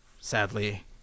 sadly